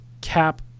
cap